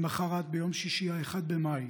למוחרת, ביום שישי, 1 במאי,